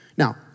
Now